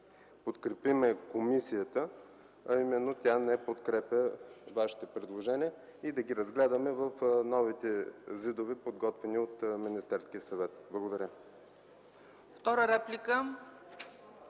подкрепим комисията, а именно, че тя не подкрепя вашите предложения и да ги разгледаме в новите ЗИД-ове, подготвени от Министерския съвет. Благодаря.